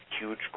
huge